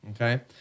okay